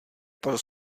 pro